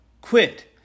quit